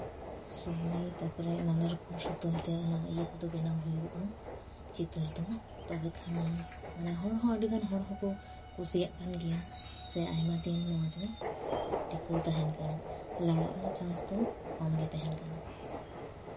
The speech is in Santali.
ᱥᱩᱭ ᱛᱟᱨᱯᱚᱨᱮ ᱱᱟᱱᱟ ᱨᱚᱠᱚᱢ ᱥᱩᱛᱟᱹᱢ ᱛᱮ ᱚᱱᱟ ᱤᱭᱟᱹ ᱠᱚᱫᱚ ᱵᱮᱱᱟᱣ ᱦᱩᱭᱩᱜᱼᱟ ᱪᱤᱛᱟᱹᱨ ᱫᱚ ᱛᱚᱵᱮ ᱠᱷᱟᱱ ᱢᱟᱱᱮ ᱦᱚᱲᱦᱚᱸ ᱟᱹᱰᱤᱜᱟᱱ ᱦᱚᱲ ᱦᱚᱸᱠᱚ ᱠᱩᱥᱤᱭᱟᱜ ᱠᱟᱱ ᱜᱮᱭᱟ ᱥᱮ ᱟᱭᱢᱟ ᱫᱤᱱ ᱱᱚᱣᱟ ᱫᱚ ᱴᱤᱠᱟᱹᱣ ᱛᱟᱦᱮᱱ ᱠᱟᱱᱟ ᱞᱟᱲᱟᱜ ᱨᱮᱱᱟᱜ ᱪᱟᱱᱥ ᱫᱚ ᱠᱚᱢᱜᱮ ᱛᱟᱦᱮᱱ ᱠᱟᱱᱟ